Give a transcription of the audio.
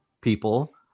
people